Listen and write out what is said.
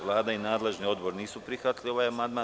Vlada i nadležni odbor nisu prihvatili ovaj amandman.